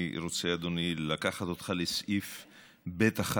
אני רוצה, אדוני, לקחת אותך לסעיף (ב1)